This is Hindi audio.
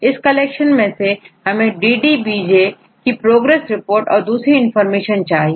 इस कलेक्शन में से हमेंDDBJ की प्रोग्रेस रिपोर्ट और दूसरी इंफॉर्मेशन चाहिए